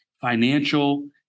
financial